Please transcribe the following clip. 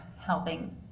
helping